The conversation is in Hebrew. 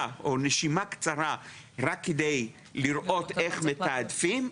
או נשימה קצרה רק כדי לראות איך מתעדפים,